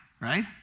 right